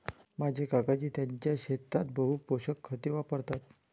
माझे काकाजी त्यांच्या शेतात बहु पोषक खते वापरतात